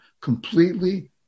Completely